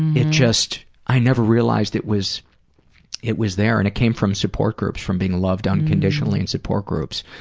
it just, i never realized it was it was there. and it came from support groups, from being loved unconditionally in support groups.